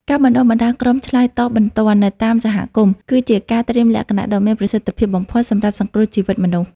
ការបណ្តុះបណ្តាលក្រុមឆ្លើយតបបន្ទាន់នៅតាមសហគមន៍ គឺជាការត្រៀមលក្ខណៈដ៏មានប្រសិទ្ធភាពបំផុតសម្រាប់សង្គ្រោះជីវិតមនុស្ស។